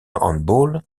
handball